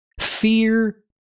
fear